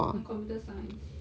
ah computer science